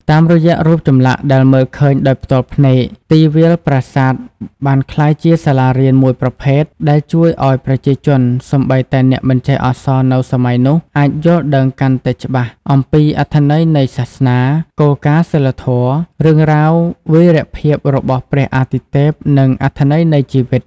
តាមរយៈរូបចម្លាក់ដែលមើលឃើញដោយផ្ទាល់ភ្នែក ទីវាលប្រាសាទបានក្លាយជា សាលារៀន មួយប្រភេទ ដែលជួយឲ្យប្រជាជន (សូម្បីតែអ្នកមិនចេះអក្សរនៅសម័យនោះ) អាច យល់ដឹងកាន់តែច្បាស់អំពីអត្ថន័យនៃសាសនា គោលការណ៍សីលធម៌ រឿងរ៉ាវវីរភាពរបស់ព្រះអាទិទេព និងអត្ថន័យនៃជីវិត។